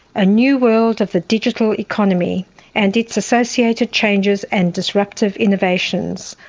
a new world of the digital economy and its associated changes and disruptive innovations.